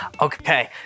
Okay